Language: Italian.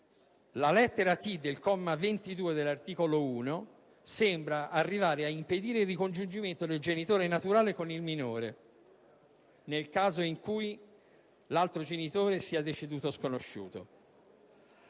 La lettera *t)* del comma 22 dell'articolo 1 sembra arrivare ad impedire il ricongiungimento del genitore naturale con il minore, nel caso in cui l'altro genitore sia deceduto o sconosciuto.